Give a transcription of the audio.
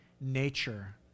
nature